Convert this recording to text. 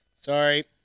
Sorry